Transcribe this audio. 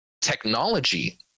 technology